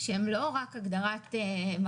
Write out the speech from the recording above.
שהם לא רק הגדרת מחלים.